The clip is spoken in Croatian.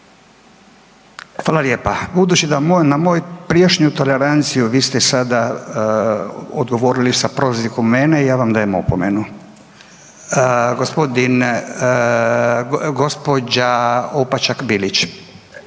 Hvala lijepa. Budući da na moju prijašnju toleranciju, vi ste sada odgovorili sa prozivkom mene, ja vam dajem opomenu. G., gđa. Opačak Bilić.